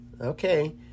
Okay